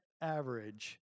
average